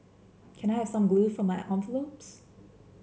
can I have some glue for my envelopes